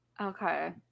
okay